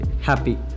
happy